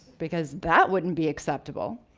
because that wouldn't be acceptable.